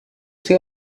see